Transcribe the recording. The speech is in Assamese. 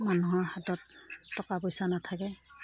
মানুহৰ হাতত টকা পইচা নাথাকে